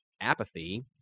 apathy